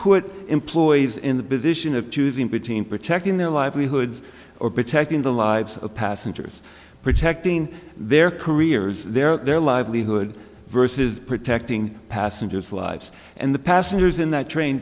put employees in the business unit choosing between protecting their livelihoods or protecting the lives of passengers protecting their careers their livelihood versus protecting passengers lives and the passengers in that train